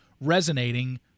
resonating